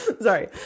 Sorry